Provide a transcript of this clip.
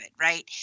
right